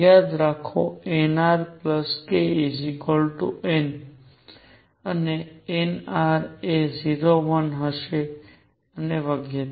યાદ રાખો nr k n અને nr એ 0 1 હશે અને વગેરે